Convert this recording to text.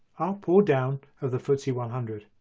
up or down, of the ftse one hundred.